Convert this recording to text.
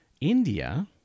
India